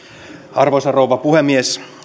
arvoisa rouva puhemies